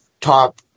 top